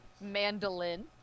Mandolin